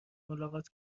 ملاقات